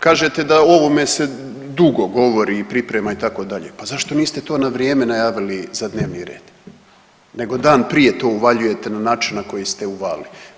Kažete da o ovome se dugo govori i priprema itd., pa zašto niste to na vrijeme najavili za dnevni red nego dan prije to uvaljujete na način na koji ste uvalili.